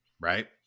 right